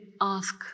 ask